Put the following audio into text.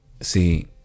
See